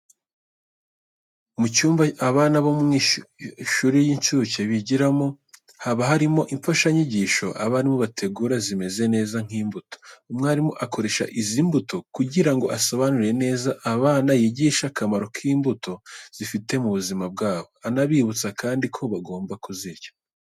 Mu cyumba abana bo mu mashuri y'incuke bigiramo, haba harimo imfashanyigisho abarimu bategura zimeze neza nk'imbuto. Umwarimu akoresha izi mbuto, kugira ngo asobanurire neza abana yigisha akamaro imbuto zifite mu buzima bwabo. Anabibutsa kandi ko bagomba kuzirya.